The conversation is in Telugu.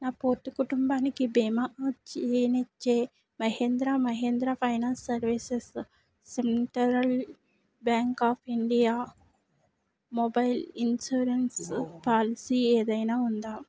నా పూర్తి కుటుంబానికి బీమా చేయనిచ్చే Mahindra Mahindra finance services central bank of India mobile insurance policy ఏదైనా ఉందా